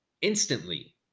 instantly